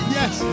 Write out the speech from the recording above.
Yes